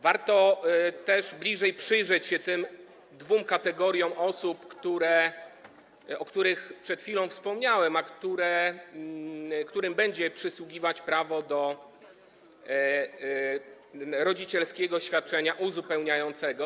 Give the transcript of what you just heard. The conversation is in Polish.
Warto też bliżej przyjrzeć się tym dwóm kategoriom osób, o których przed chwilą wspomniałem, którym będzie przysługiwać prawo do rodzicielskiego świadczenia uzupełniającego.